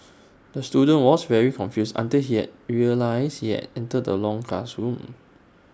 the student was very confused until he realised he entered the wrong classroom